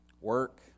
work